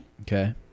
Okay